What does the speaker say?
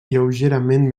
lleugerament